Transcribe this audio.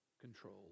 control